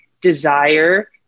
desire